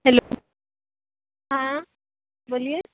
hello हाँ बोलिए